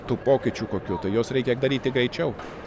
tų pokyčių kokių tai juos reikia daryti greičiau